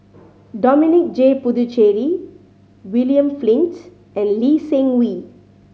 Dominic J Puthucheary William Flint and Lee Seng Wee